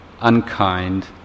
unkind